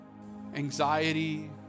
anxiety